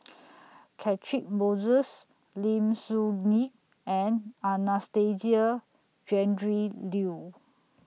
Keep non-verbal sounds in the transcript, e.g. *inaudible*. *noise* Catchick Moses Lim Soo Ngee and Anastasia Tjendri Liew